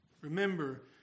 Remember